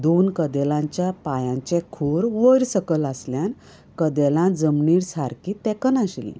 दोन कदेलांच्या पायांचे खूर वयर सकल आसल्यान कदेलां जमनीर सारकीं तेकनाशिल्लीं